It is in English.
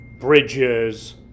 Bridges